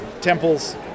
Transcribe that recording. temples